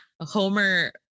Homer